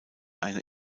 eine